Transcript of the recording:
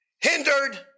hindered